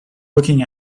looking